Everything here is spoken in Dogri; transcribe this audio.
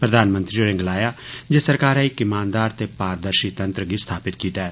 प्रधानमंत्री होरें गलाया जे सरकारै इक्क ईमानदार ते पारदर्शी तंत्र गी स्थापित कीत्ता ऐ